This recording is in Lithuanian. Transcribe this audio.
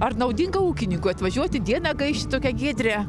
ar naudinga ūkininkui atvažiuoti dieną kai šitokia giedrią